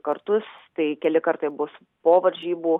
kartus tai keli kartai bus po varžybų